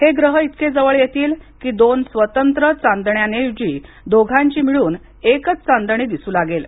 हे ग्रह इतके जवळ येतील की दोन स्वतंत्र चांदण्यांऐवजी दोघांची मिळून एकच चांदणी दिसू लागेल